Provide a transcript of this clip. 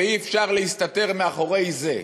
ואי-אפשר להסתתר מאחורי זה.